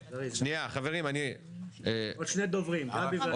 עוד שלושה דוברים.